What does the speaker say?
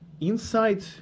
inside